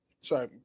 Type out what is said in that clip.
Sorry